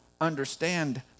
understand